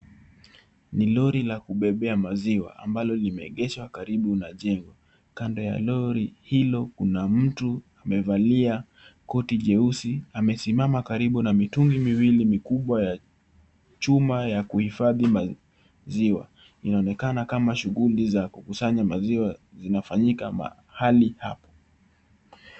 Ni Lori la kubebea maziwa ambalo limeegeshwa karibu na jengo. Kando ya Lori hilo kuna mtu amevalia koti jeusi. Amesimama karibu na mitungi miwili mikubwa ya chuma ya kuhifadhi maziwa. Inaonekana kama shughuli za kukusanya maziwa inafanyika mahali hapo.